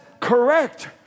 correct